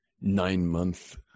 nine-month